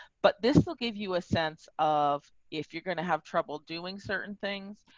but this will give you a sense of, if you're going to have trouble doing certain things,